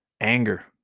anger